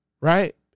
right